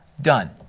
done